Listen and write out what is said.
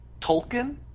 Tolkien